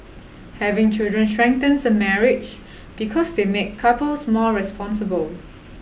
having children strengthens a marriage because they make couples more responsible